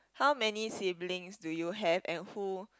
how many siblings do you have and who